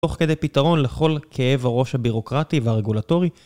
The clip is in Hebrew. תוך כדי פתרון לכל כאב הראש הבירוקרטי והרגולטורי